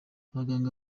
abaganga